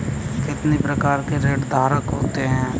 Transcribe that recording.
कितने प्रकार ऋणधारक के होते हैं?